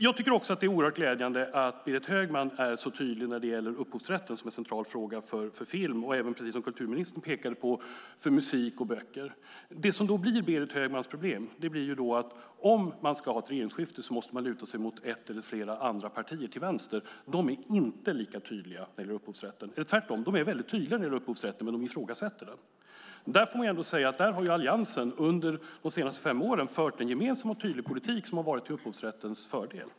Jag tycker också att det är oerhört glädjande att Berit Högman är så tydlig när det gäller upphovsrätten som en central fråga för film och även - precis som kulturministern pekade på - musik och böcker. Det som blir Berit Högmans problem är att man om man ska ha ett regeringsskifte måste luta sig mot ett eller flera andra partier till vänster. De är väldigt tydliga när det gäller upphovsrätten: De ifrågasätter den. Där har Alliansen under de senaste fem åren fört en gemensam och tydlig politik som har varit till upphovsrättens fördel.